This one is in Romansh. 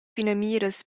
finamiras